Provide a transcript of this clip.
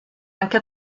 anche